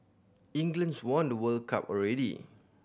England's won the World Cup already